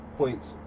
points